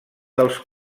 dels